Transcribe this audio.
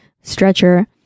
stretcher